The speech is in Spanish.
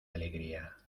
alegría